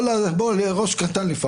להיות ראש קטן לפעמים.